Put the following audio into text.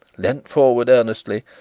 leaned forward earnestly,